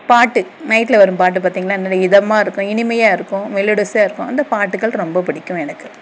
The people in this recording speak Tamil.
பாட்டு நைட்டில் வரும் பாட்டு பார்த்திங்களா நல்ல இதமாக இருக்கும் இனிமையாக இருக்கும் மெலோடிஸாக இருக்கும் அந்த பாட்டுக்கள் ரொம்ப பிடிக்கும் எனக்கு